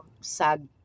SAG